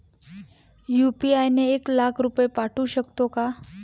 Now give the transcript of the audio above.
UPI ने एक लाख रुपये पाठवू शकतो का?